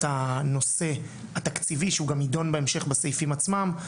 הנושא התקציבי שהוא גם יידון בהמשך בסעיפים עצמם,